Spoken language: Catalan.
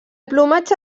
plomatge